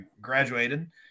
graduated